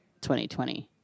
2020